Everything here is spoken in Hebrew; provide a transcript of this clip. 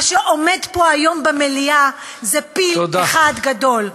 מה שעומד פה היום במליאה זה פיל אחד גדול.